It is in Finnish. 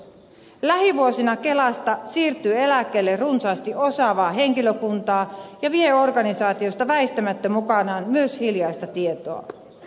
lähivuosina kelasta siirtyy eläkkeelle runsaasti osaavaa henkilökuntaa joka vie organisaatiosta väistämättä mukanaan myös hiljaista tietoa